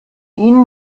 ihnen